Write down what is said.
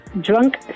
drunk